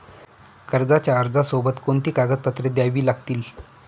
कर्जाच्या अर्जासोबत कोणती कागदपत्रे द्यावी लागतील?